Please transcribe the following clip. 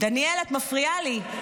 דניאל, את מפריעה לי.